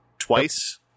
twice